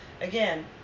again